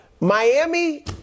Miami